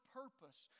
purpose